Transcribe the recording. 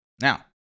Now